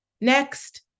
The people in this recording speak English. Next